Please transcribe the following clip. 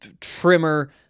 Trimmer